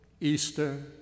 Easter